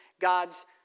God's